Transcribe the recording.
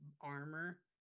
armor